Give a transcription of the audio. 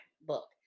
book